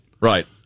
Right